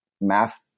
math